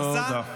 תודה רבה.